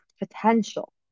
potential